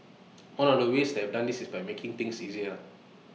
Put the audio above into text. one of the ways they have done this is by making things easier